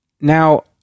Now